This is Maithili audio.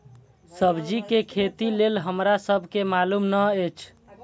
सब्जी के खेती लेल हमरा सब के मालुम न एछ?